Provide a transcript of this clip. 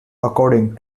according